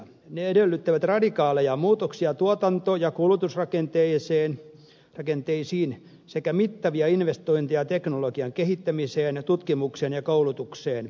ne edellyttävät radikaaleja muutoksia tuotanto ja kulutusrakenteisiin sekä mittavia investointeja teknologian kehittämiseen tutkimukseen ja koulutukseen